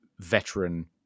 veteran